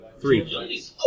three